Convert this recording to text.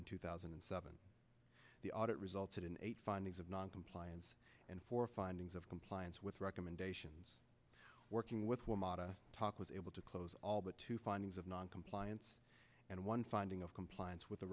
in two thousand and seven the audit resulted in eight findings of noncompliance and four findings of compliance with recommendations working with one modest talk was able to close all but two findings of noncompliance and one finding of compliance with